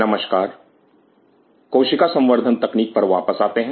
नमस्कार कोशिका संवर्धन तकनीक पर वापस आते हैं